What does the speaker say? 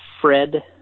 Fred